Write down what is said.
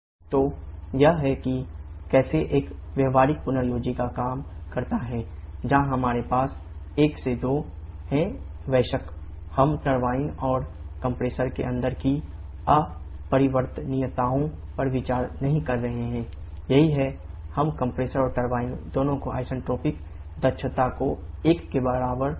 तो यह है कि कैसे एक व्यावहारिक पुनर्योजी फिर 5 3 दहन प्रक्रिया को संदर्भित करता है